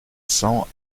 cents